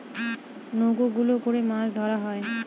নৌকা গুলো করে মাছ ধরা হয়